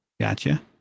gotcha